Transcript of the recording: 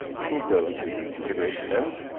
so we'll go into the configuration node,